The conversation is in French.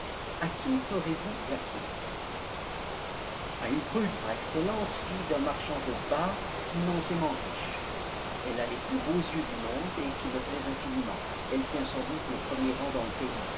a qui ferez-vous la cour a une prude par excellence fille d'un marchand de bas immensément riche elle a les plus beaux yeux du monde et qui me plaisent infiniment elle tient sans doute le premier rang dans le pays